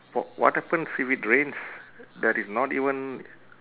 wh~ what happens if it rains there is not even